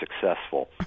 successful